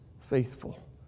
faithful